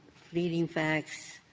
fleeting facts,